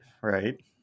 right